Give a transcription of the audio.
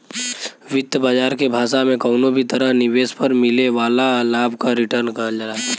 वित्त बाजार के भाषा में कउनो भी तरह निवेश पर मिले वाला लाभ क रीटर्न कहल जाला